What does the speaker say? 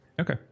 Okay